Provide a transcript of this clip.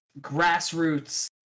grassroots